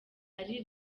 ari